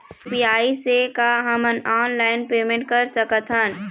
UPI से का हमन ऑनलाइन पेमेंट कर सकत हन?